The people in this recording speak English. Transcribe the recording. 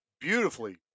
beautifully